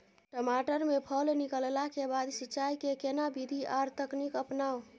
टमाटर में फल निकलला के बाद सिंचाई के केना विधी आर तकनीक अपनाऊ?